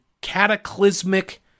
cataclysmic